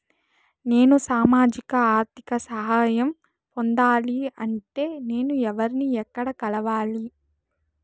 నేను సామాజిక ఆర్థిక సహాయం పొందాలి అంటే నేను ఎవర్ని ఎక్కడ కలవాలి?